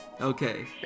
Okay